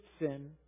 sin